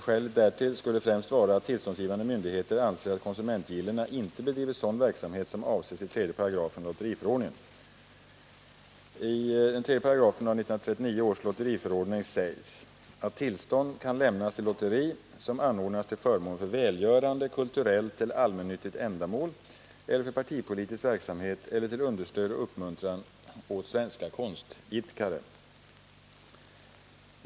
Skälet därtill skulle främst vara att tillståndsgivande myndighet anser, att konsumentgillena inte bedriver sådan verksamhet som avses i 3 § lotteriförordningen. I 3 § 1939 års lotteriförordning sägs att tillstånd kan lämnas till lotteri som anordnas till förmån för välgörande, kulturellt eller allmännyttigt ändamål eller för partipolitisk verksamhet eller till understöd och uppmuntran åt svenska konstidkare.